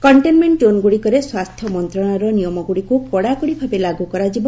containment ଜୋନ୍ଗୁଡ଼ିକରେ ସ୍ୱାସ୍ଥ୍ୟ ମନ୍ତ୍ରଣାଳୟର ନିୟମଗୁଡ଼ିକୁ କଡ଼ାକଡ଼ି ଭାବେ ଲାଗୁ କରାଯିବ